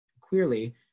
queerly